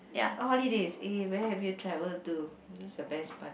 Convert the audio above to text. holidays eh where have travel to the best part